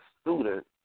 student